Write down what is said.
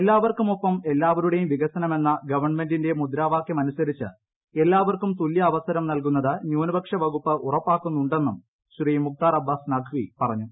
എല്ലാവർക്കും ഒപ്പം എല്ലാവരുടേയും വികസനം എന്ന ഗവൺമെന്റിന്റെ മുദ്രാവാക്യമനുസരിച്ച് എല്ലാവർക്കും തുല്യാവസരം നൽകുന്നത് ന്യൂനപക്ഷ വകുപ്പ് ഉറപ്പാക്കുന്നുണ്ടെന്നും ശ്രീ മുക്താർ അബ്ബാസ് നഖ്വി പറഞ്ഞു